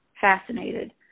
fascinated